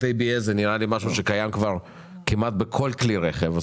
ABS זה משהו שקיים כבר כמעט בכל כלי רכב,